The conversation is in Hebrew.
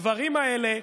הדברים האלה,